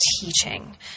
teaching